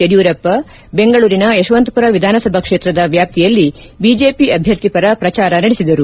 ಯಡಿಯೂರಪ್ಪ ಬೆಂಗಳೂರಿನ ಯಶವಂತಪುರ ವಿಧಾನಸಭಾ ಕ್ಷೇತ್ರದ ವ್ಯಾಪ್ತಿಯಲ್ಲಿ ಬಿಜೆಪಿ ಅಭ್ಯರ್ಥಿ ಪರ ಪ್ರಚಾರ ನಡೆಸಿದರು